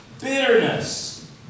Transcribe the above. Bitterness